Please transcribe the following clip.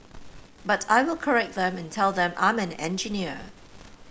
but I will correct them and tell them I'm an engineer